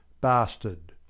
Bastard